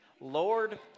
Lord